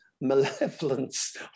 malevolence